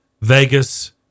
Vegas